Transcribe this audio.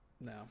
no